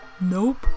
Nope